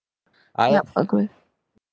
yup agree